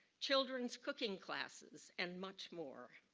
children's cooking classes and much more.